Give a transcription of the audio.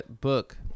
book